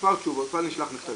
--- כבר נשלח מכתבים.